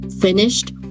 finished